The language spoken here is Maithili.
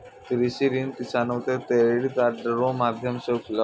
कृषि ऋण किसानो के क्रेडिट कार्ड रो माध्यम से उपलब्ध छै